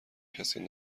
کسی